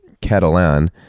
Catalan